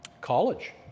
College